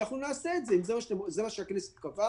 אנחנו נעשה את זה אם כך הכנסת קבעה,